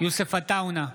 יוסף עטאונה,